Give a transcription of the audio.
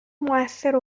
موثر